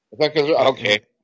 Okay